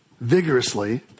Vigorously